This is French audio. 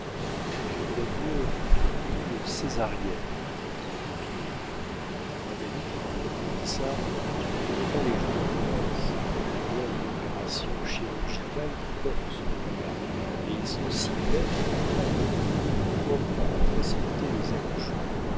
j'aimerais mieux huile césarienne dit popinot mon ami dit gaudissart tu ne connais pas les gens de province il y a une opération chirurgicale qui porte ce nom-là et ils sont si bêtes qu'ils croiraient ton huile propre à faciliter les accouchements